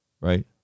right